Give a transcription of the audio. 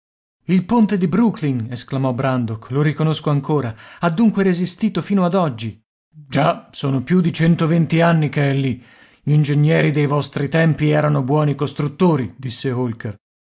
il ponte di brooklyn esclamò brandok lo riconosco ancora ha dunque resistito fino ad oggi già sono più di centoventi anni che è lì gl'ingegneri dei vostri tempi erano buoni costruttori disse